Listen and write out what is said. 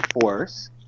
force